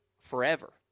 Forever